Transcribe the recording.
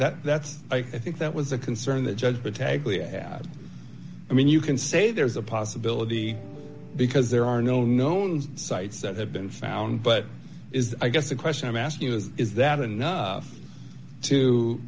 that that's i think that was a concern the judge patel yeah i mean you can say there's a possibility because there are no known sites that have been found but i guess the question i'm asking you is is that enough to